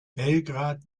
belgrad